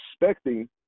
expecting